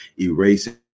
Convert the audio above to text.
erasing